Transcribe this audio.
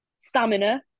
Stamina